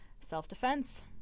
Self-defense